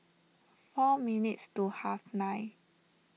four minutes to half nine